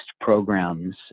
programs